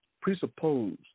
presuppose